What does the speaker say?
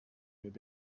their